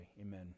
Amen